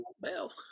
Bell